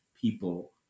people